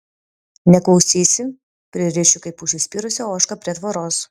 neklausysi pririšiu kaip užsispyrusią ožką prie tvoros